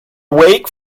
awake